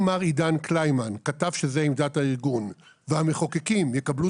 אם מר עידן קלימן כתב שזו עמדת הארגון והמחוקקים יקבלו